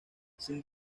sin